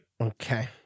Okay